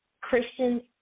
Christians